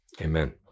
amen